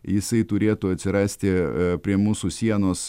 jisai turėtų atsirasti prie mūsų sienos